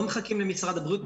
לא מחכים למשרד הבריאות.